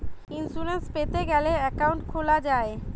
insurance পেতে গ্যালে account খুলা যায়